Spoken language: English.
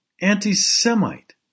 anti-Semite